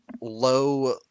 low